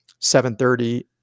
7.30